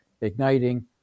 igniting